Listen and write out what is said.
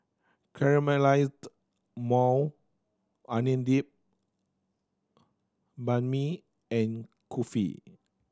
Caramelized Maui Onion Dip Banh Mi and Kulfi